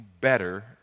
better